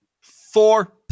four